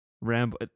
Rambo